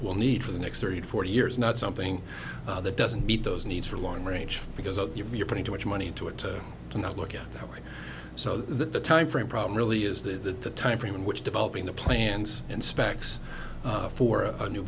will need for the next thirty to forty years not something that doesn't meet those needs for long range because of you're putting too much money to it to not look at it that way so that the time frame problem really is the time frame in which developing the plans and specs for a new